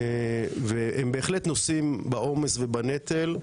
והם בהחלט נושאים בעומס ובנטל.